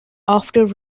after